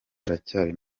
aracyari